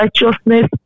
righteousness